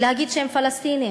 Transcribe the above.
ולומר שהם פלסטינים.